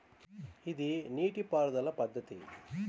ఇది నీటిపారుదల పద్ధతి